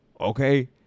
Okay